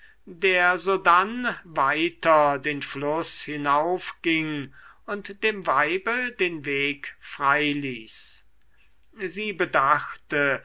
der sodann weiter den fluß hinaufging und dem weibe den weg frei ließ sie bedachte